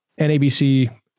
NABC